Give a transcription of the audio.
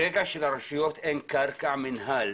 ברגע שלרשויות אין קרקע מינהל,